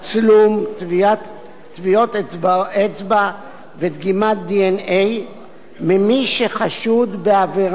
טביעות אצבע ודגימת DNA ממי שחשוד בעבירה ונחקר באזהרה,